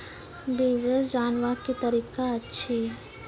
विवरण जानवाक की तरीका अछि?